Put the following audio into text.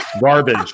Garbage